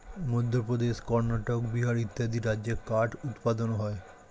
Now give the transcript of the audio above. মধ্যপ্রদেশ, কর্ণাটক, বিহার ইত্যাদি রাজ্যে কাঠ উৎপাদন হয়